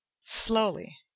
Slowly